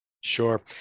Sure